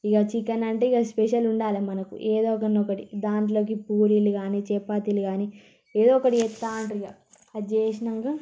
ఇక చికెనంటే ఇక స్పెషల్ ఉండాలే మనకు ఏదన్న ఒకటి దాంట్లోకి పూరీలు గానీ చపాతీలు గానీ ఏదో ఒకటి చేస్తూ ఉంటారిగ అది చేసినాక